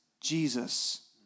Jesus